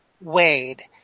Wade